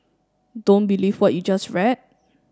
don't believe what you just read